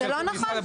זה לא נכון.